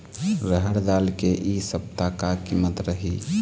रहड़ दाल के इ सप्ता का कीमत रही?